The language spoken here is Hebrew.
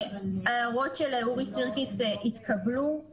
ההערות של אורי סירקיס התקבלו.